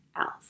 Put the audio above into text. else